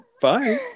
bye